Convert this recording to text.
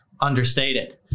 understated